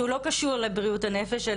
שהוא לא קשור לבריאות הנפש,